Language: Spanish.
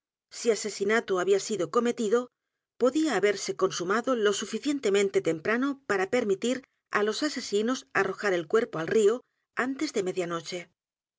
si asesinato había sido cometido podía haberse perpetrado lo suficientemente temprano para permitir á los asesinos arrojar el cuerpo antes de